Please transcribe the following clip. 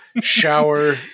shower